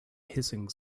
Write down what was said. hissing